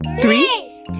Three